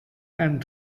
and